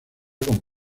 con